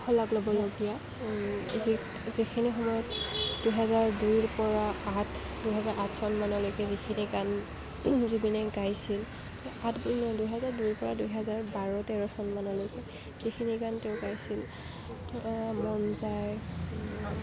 শলাগ ল'বলগীয়া যি যিখিনি সময়ত দুহেজাৰ দুইৰ পৰা আঠ দুহেজাৰ আঠ চনমানলৈকে যিখিনি গান জুবিনে গাইছিল আঠ নহয় দুহেজাৰ দুই পৰা দুহেজাৰ বাৰ তেৰ চন মানলৈকে যিখিনি গান তেওঁ গাইছিল অঁ মন যায়